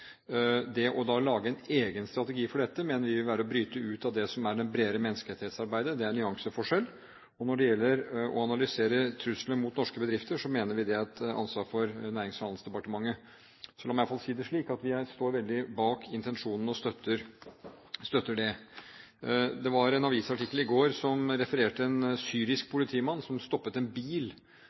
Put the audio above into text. Det å lage en egen strategi for dette mener vi vil være å bryte ut av det som er det bredere menneskerettighetsarbeidet – det er en nyanseforskjell. Når det gjelder å analysere truslene mot norske bedrifter, mener vi det er et ansvar for Nærings- og handelsdepartementet. Så la meg si det slik: Vi støtter veldig intensjonene bak forslagene. Det var en avisartikkel i går om en syrisk politimann som stoppet en bil